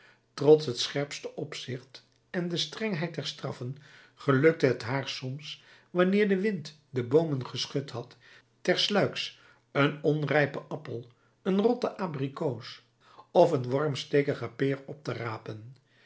trots het scherpste opzicht en de strengheid der straffen gelukte het haar soms wanneer de wind de boomen geschud had ter sluiks een onrijpen appel een rotte abrikoos of een wormstekige peer op te rapen